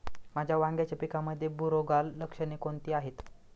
माझ्या वांग्याच्या पिकामध्ये बुरोगाल लक्षणे कोणती आहेत?